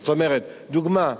זאת אומרת, דוגמה: